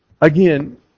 Again